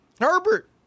Herbert